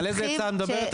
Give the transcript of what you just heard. על איזה עצה את מדברת?